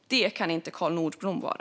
Det kan inte Carl Nordblom vara.